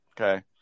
okay